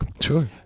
Sure